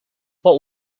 what